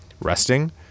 resting